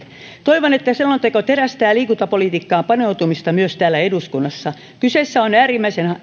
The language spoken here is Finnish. toivon että selonteko terästää liikuntapolitiikkaan paneutumista myös täällä eduskunnassa kyseessä on äärimmäisen